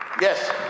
Yes